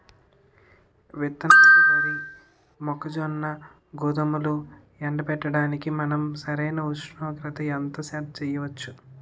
విత్తనాలు వరి, మొక్కజొన్న, గోధుమలు ఎండబెట్టడానికి మనం సరైన ఉష్ణోగ్రతను ఎంత సెట్ చేయవచ్చు?